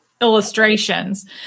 illustrations